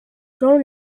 grown